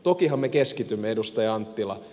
tokihan me keskitymme edustaja anttila